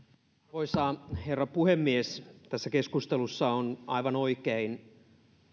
arvoisa herra puhemies tässä keskustelussa on aivan oikein